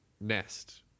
nest